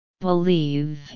Believe